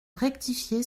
rectifié